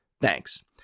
Thanks